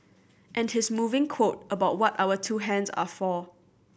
and his moving quote about what our two hands are for